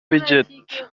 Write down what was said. بجد